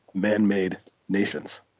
man-made nations.